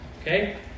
Okay